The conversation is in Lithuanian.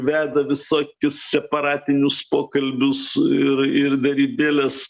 veda visokius separatinius pokalbius ir ir derybėles